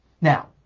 now